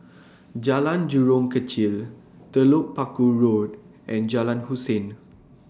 Jalan Jurong Kechil Telok Paku Road and Jalan Hussein